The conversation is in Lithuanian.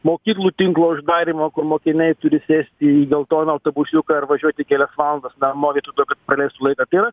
mokyklų tinklo uždarymo kur mokiniai turi sėsti į geltoną autobusiuką ir važiuoti kelias valandas namo vietoj to kad praleistų laiką tai yra